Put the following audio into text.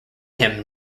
him